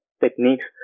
techniques